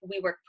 WeWork